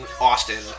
Austin